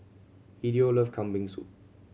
Hideo love Kambing Soup